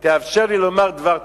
אז אני רוצה לומר לך,